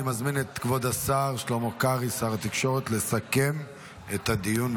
אני מזמין את כבוד שר התקשורת שלמה קרעי לסכם את הדיון.